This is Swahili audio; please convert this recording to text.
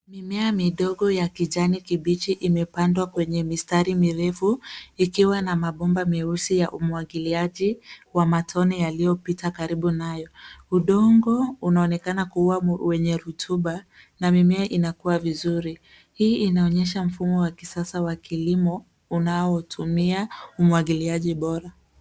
Mimea midogo ya kijani kibichi imepandwa kwenye mistari mirefu ikiwa na mabomba meusi umwagiliaji matone yaliyopita karibu nayo. Udongo unaonekana kuwa wenye rotuba na mimea inakuwa vizuri hii inaonyeha mfumo wa kisasa wa kilimo unaotumia umwagiliaji bora.